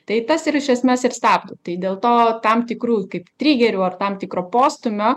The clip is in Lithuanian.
tai tas ir iš esmės ir stabdo tai dėl to tam tikrų kaip trigerių ar tam tikro postūmio